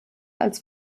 als